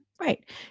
right